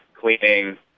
cleaning